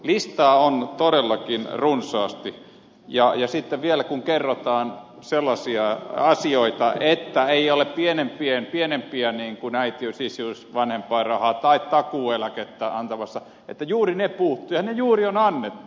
listaa on todellakin runsaasti ja sitten vielä kun kerrotaan sellaisia asioita että ei olla pienempiä äitiys isyys vanhem painrahaa tai takuueläkettä antamassa että juuri ne puuttuvat ja ne juuri on annettu